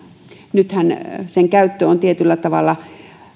nythän sen käyttö on tietyllä tavalla